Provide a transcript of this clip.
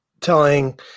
telling